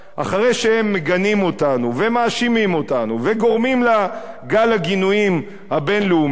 אחרי שהם מגנים אותנו ומאשימים אותנו וגורמים לגל הגינויים הבין-לאומי,